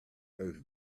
earth